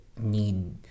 need